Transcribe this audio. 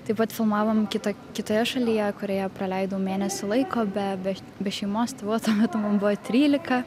taip pat filmavom kitą kitoje šalyje kurioje praleidau mėnesį laiko be be be šeimos tėvų tuo metu man buvo trylika